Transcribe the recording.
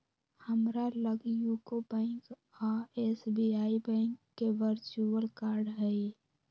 हमरा लग UCO bank आऽ एस.बी.आई बैंक के वर्चुअल कार्ड हइ